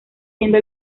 siendo